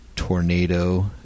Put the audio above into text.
tornado